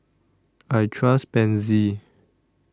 I Trust Pansy